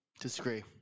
Disagree